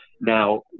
Now